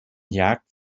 jagd